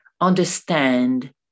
understand